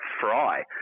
fry